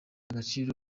agaciro